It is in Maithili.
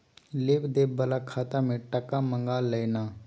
लेब देब बला खाता मे टका मँगा लय ना